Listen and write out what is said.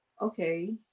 Okay